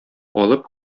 алып